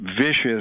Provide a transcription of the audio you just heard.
vicious